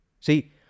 See